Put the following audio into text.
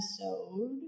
episode